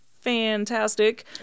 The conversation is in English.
fantastic